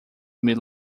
mid